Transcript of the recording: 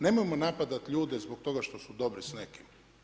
Nemojmo napadati ljude zbog toga što su dobri s nekim.